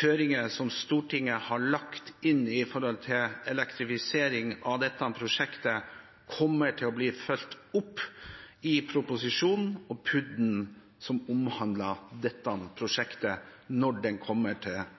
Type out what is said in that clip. føringene Stortinget har lagt inn vedrørende elektrifisering av dette prosjektet, kommer til å følges opp i proposisjonen og i PUD-en som omhandler dette prosjektet når det kommer til